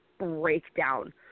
breakdown